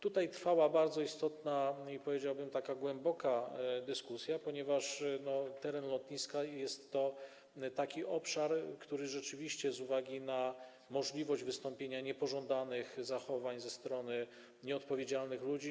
Tutaj trwała bardzo istotna i, powiedziałbym, taka głęboka dyskusja, ponieważ teren lotniska to taki obszar, który rzeczywiście z uwagi na możliwość wystąpienia niepożądanych zachowań ze strony nieodpowiedzialnych ludzi.